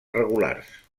regulars